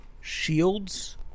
shields